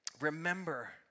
Remember